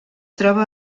troba